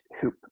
hoop